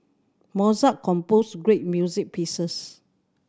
Mozart composed great music pieces